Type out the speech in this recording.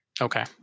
Okay